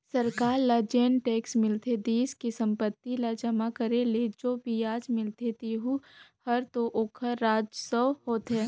सरकार ल जेन टेक्स मिलथे देस के संपत्ति ल जमा करे ले जो बियाज मिलथें तेहू हर तो ओखर राजस्व होथे